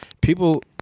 people